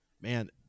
Man